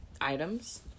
items